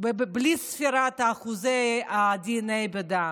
ובלי ספירת אחוזי דנ"א בדם.